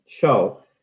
show